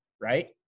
Right